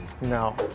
No